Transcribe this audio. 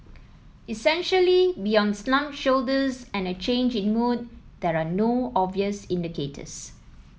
essentially beyond slumped shoulders and a change in mood there are no obvious indicators